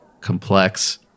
complex